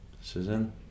Susan